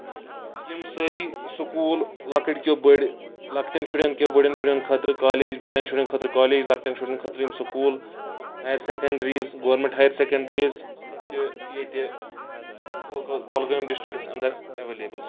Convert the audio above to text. یِم سٲری سکوٗل لۄکٕٹۍ کیو بٔڑۍ لۄکٹؠن شُرؠن کیو بٔڑؠن شُرؠن خٲطرٕ کالیج بَڑؠن شُرؠن خٲطرٕ کالیج لۄکٹؠن شُرؠن خٲطرٕ یِم school higher secondaries government higher secondaries چھِ ییٚتہِ کۄلگٲمۍ ڈسٹرکس اندر ایویلیبٕل